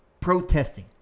protesting